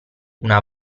una